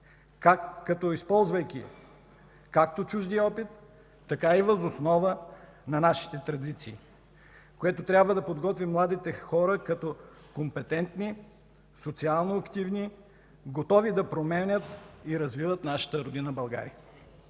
използвайки както чуждия опит, така и въз основа на нашите традиции, което трябва да подготви младите хора като компетентни, социално активни, готови да променят и развиват нашата родина България.